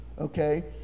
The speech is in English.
okay